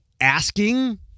asking